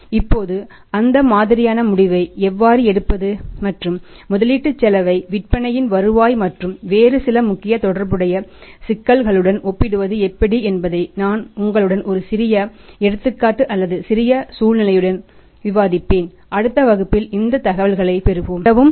இப்போது அந்த மாதிரியான முடிவை எவ்வாறு எடுப்பது மற்றும் முதலீட்டு செலவை விற்பனையின் வருவாய் மற்றும் வேறு சில முக்கிய தொடர்புடைய சிக்கல்களுடன் ஒப்பிடுவது எப்படி என்பதை நான் உங்களுடன் ஒரு சிறிய எடுத்துக்காட்டு அல்லது சிறிய சூழ்நிலையுடன் விவாதிப்பேன் அடுத்த வகுப்பில் இந்த தகவல்களைப் பெறுவோம் மிகவும் நன்றி